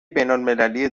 بینالمللی